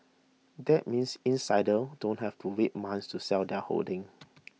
that means insiders don't have to wait months to sell their holdings